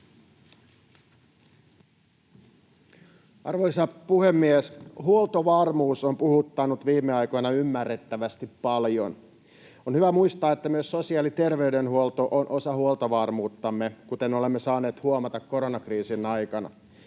Arvoisa puhemies! Huoltovarmuus on puhuttanut viime aikoina ymmärrettävästi paljon. On hyvä muistaa, että myös sosiaali- ja terveydenhuolto on osa huoltovarmuuttamme, kuten olemme saaneet huomata koronakriisin aikana.